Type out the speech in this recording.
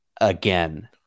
again